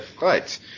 right